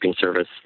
service